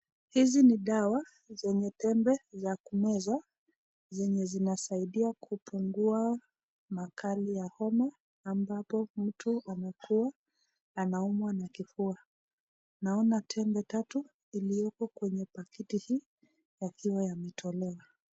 Hizi ni dawa zenye tembe za kumezwa zenye zinasaidia kupungua makali ya homa ambapo mtu amekua anaumwa na kifua, naona tembe tatu iliyopo kwenye pakiti hii yakiwa yametolewa.